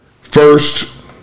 first